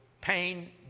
pain